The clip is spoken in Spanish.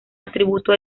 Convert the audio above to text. atributo